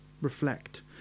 reflect